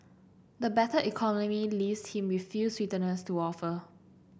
the battered economy leaves him with few sweeteners to offer